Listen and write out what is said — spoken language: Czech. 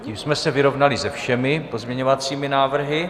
Tím jsme se vyrovnali se všemi pozměňovacími návrhy.